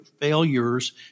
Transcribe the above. failures